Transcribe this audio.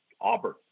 Auburn